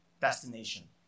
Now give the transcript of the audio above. destination